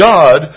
God